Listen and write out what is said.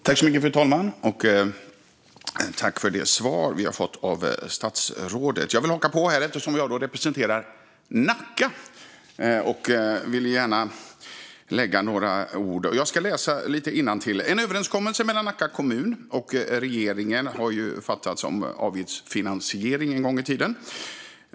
Fru talman! Tack för det svar vi har fått av statsrådet! Jag vill haka på eftersom jag representerar Nacka och vill gärna säga några ord. En överenskommelse mellan Nacka kommun och regeringen om avgiftsfinansiering har ju ingåtts en gång i tiden.